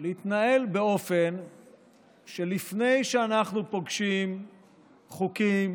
הוא להתנהל באופן שלפיו לפני שאנחנו פוגשים חוקים